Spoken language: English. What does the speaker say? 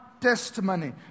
testimony